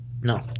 No